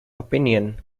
opinion